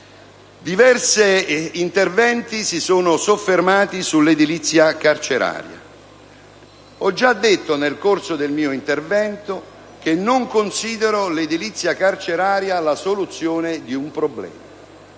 Diversi interventi si sono soffermati sull'edilizia carceraria. Ho già detto nel corso del mio intervento che non considero l'edilizia carceraria la soluzione di un problema: